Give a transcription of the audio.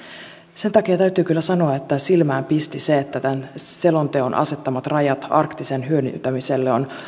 sen takia täytyy kyllä sanoa että silmään pisti se että tämän selonteon asettamat rajat arktisen hyödyntämiselle ovat